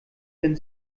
wenn